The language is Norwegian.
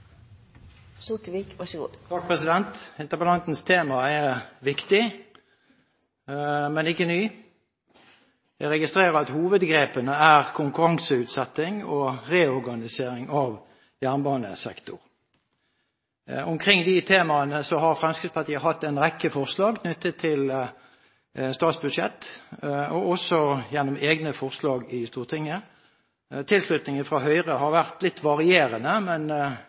reorganisering av jernbanesektoren. Omkring de temaene har Fremskrittspartiet hatt en rekke forslag knyttet til statsbudsjettet, og også egne forslag i Stortinget. Tilslutningen fra Høyre har vært litt varierende,